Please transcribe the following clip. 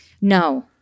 No